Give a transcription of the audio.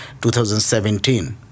2017